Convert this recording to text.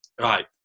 right